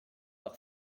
par